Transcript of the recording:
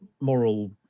moral